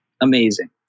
amazing